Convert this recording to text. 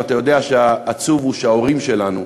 ואתה יודע שהעצוב הוא שההורים שלנו,